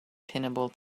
pinnable